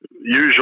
usually